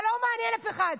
זה לא מעניין אף אחד.